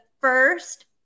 first